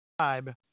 subscribe